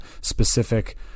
specific